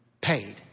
paid